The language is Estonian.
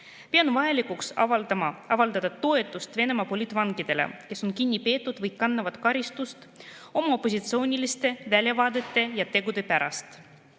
Pean vajalikuks avaldada toetust Venemaa poliitvangidele, kes on kinni peetud või kannavad karistust oma opositsiooniliste vaadete ja tegude pärast.